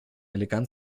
elegant